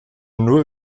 nur